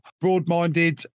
broad-minded